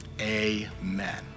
amen